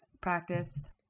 practiced